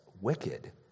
wicked